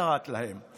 קראת להם,